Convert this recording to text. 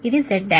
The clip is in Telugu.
ఇది Z1